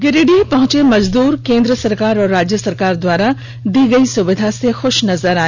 गिरिडीह पहुँचे मजदूर केन्द्र सरकार व राज्य सरकार द्वारा प्रदान की गई सुविधा से खुश नजर आए